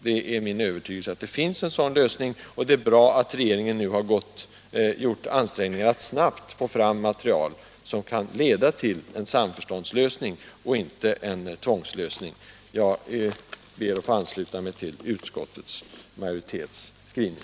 Det är min övertygelse att det finns en sådan lösning, och det är bra att regeringen nu har gjort ansträngningar för att snabbt få fram material som kan leda till en samförståndslösning och inte en tvångslösning. Jag ber att få ansluta mig till utskottsmajoritetens skrivning.